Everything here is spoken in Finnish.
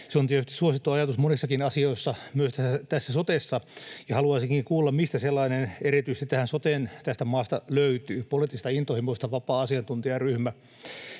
Se on tietysti suosittu ajatus monissakin asioissa, myös tässä sotessa, ja haluaisinkin kuulla, mistä erityisesti tähän soteen tästä maasta löytyy sellainen poliittisista intohimoista vapaa asiantuntijaryhmä.